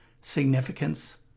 significance